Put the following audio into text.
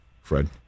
Fred